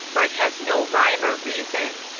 for it has no rhyme or reason.